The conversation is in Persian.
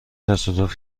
تصادف